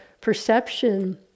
perception